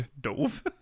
Dove